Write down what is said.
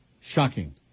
Shocking